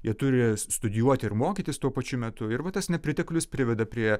jie turi studijuoti ir mokytis tuo pačiu metu ir va tas nepriteklius priveda prie